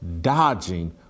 dodging